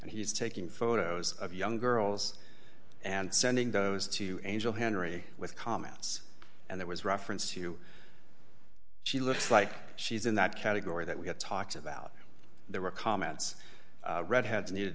and he's taking photos of young girls and sending those to angel henry with comments and there was reference to she looks like she's in that category that we had talked about there were comments redheads needed